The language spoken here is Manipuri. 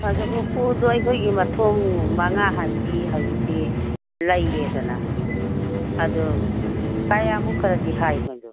ꯑꯗꯨ ꯎꯄꯨꯗꯣ ꯑꯩꯈꯣꯏꯒꯤ ꯃꯊꯣꯡ ꯃꯉꯥ ꯍꯥꯏꯕꯤ ꯍꯧꯖꯤꯛꯇꯤ ꯂꯩꯔꯦꯗꯅ ꯑꯗꯨ ꯀꯌꯥꯃꯨꯛꯀꯗꯤ ꯍꯥꯏ ꯃꯗꯣ